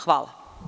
Hvala.